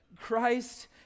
Christ